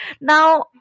now